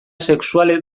sexual